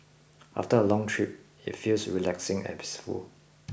after a long trip it feels relaxing and peaceful